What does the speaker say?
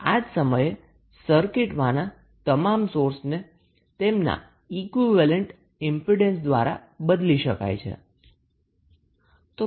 આ જ સમયે સર્કિટમાંના તમામ સોર્સને તેમના ઈક્વીવેલેન્ટ ઈમ્પીડન્સ દ્વારા બદલી શકાય છે